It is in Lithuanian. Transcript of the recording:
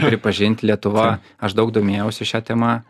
pripažint lietuva aš daug domėjausi šia tema